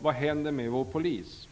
vad som händer med vår polis.